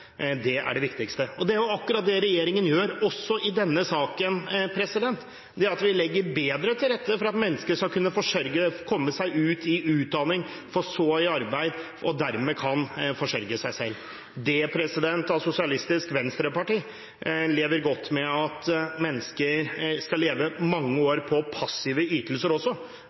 Det er det viktigste. Det er akkurat dette regjeringen gjør også i denne saken. Man legger bedre til rette for at mennesker skal kunne komme seg i utdanning og i arbeid – og dermed kan forsørge seg selv. Sosialistisk Venstreparti lever godt med at mennesker skal leve mange